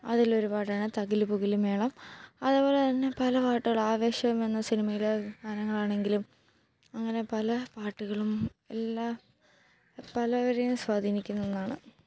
അതിലൊരു പാട്ടാണ് തകില് പുകില് മേളം അതേ പോലെ തന്നെ പല പാട്ടുകൾ ആവേശം എന്ന സിനിമയിലെ ഗാനങ്ങളാണെങ്കിലും അങ്ങനെ പല പാട്ടുകളും എല്ലാ പലവരെയും സ്വാധീനിക്കുന്ന ഒന്നാണ്